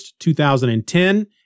2010